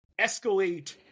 escalate